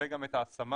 וגם את ההשמה,